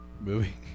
movie